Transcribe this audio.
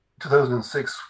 2006